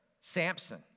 Samson